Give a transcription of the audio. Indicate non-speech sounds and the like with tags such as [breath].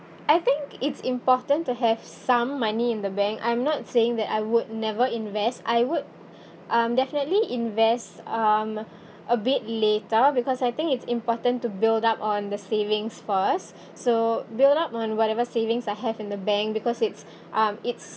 I think it's important to have some money in the bank I'm not saying that I would never invest I would [breath] um definitely invest um [breath] a bit later because I think it's important to build up on the savings first so built up on whatever savings I have in the bank because it's um it's